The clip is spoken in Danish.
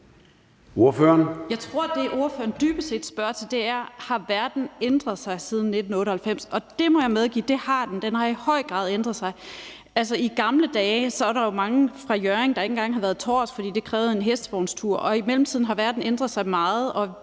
Jeg tror, at det, ordføreren dybest set spørger til, er: Har verden ændret sig siden 1998? Og det må jeg medgive at den har. Den har i høj grad ændret sig. Altså, i gamle dage var der jo mange fra Hjørring, der ikke engang havde været i Tårs, fordi det krævede en hestevognstur, og i mellemtiden har verden ændret sig meget,